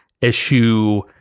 issue